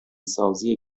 سازی